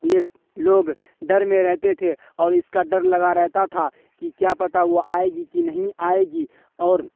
یہ لوگ ڈر میں رہتے تھے اور اس کا ڈر لگا رہتا تھا کہ کیا پتہ وہ آئے گی کہ نہیں آئے گی اور